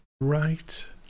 right